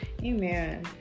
Amen